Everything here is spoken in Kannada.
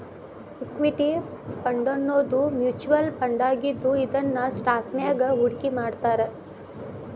ಇಕ್ವಿಟಿ ಫಂಡನ್ನೋದು ಮ್ಯುಚುವಲ್ ಫಂಡಾಗಿದ್ದು ಇದನ್ನ ಸ್ಟಾಕ್ಸ್ನ್ಯಾಗ್ ಹೂಡ್ಕಿಮಾಡ್ತಾರ